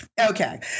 okay